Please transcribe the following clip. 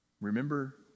remember